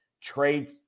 trade